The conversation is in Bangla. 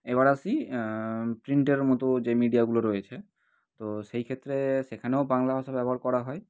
এবার আসি প্রিন্টের মতো যে মিডিয়াগুলো রয়েছে তো সেই ক্ষেত্রে সেখানেও বাংলা ভাষা ব্যবহার করা হয়